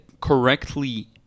correctly